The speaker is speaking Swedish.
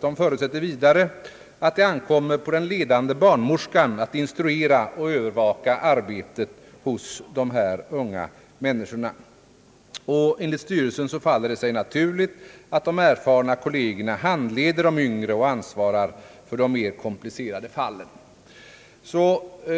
Vidare förutses att det ankommer på den ledande barnmorskan att instruera och övervaka arbetet bland dessa unga människor. Enligt styrelsen är det naturligt att de unga, erfarna kollegerna handleder de yngre och ansvarar för de mer komplicerade fallen.